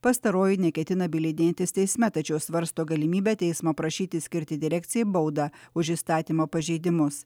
pastaroji neketina bylidientis teisme tačiau svarsto galimybę teismo prašyti skirti direkcijai baudą už įstatymo pažeidimus